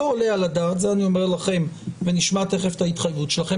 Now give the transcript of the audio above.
לא עולה על הדעת את זה אני אומר לכם ונשמע את ההתייחסות שלכם